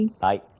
Bye